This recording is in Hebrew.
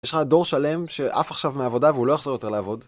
יש לך דור שלם שעף עכשיו מעבודה והוא לא יחזור יותר לעבוד.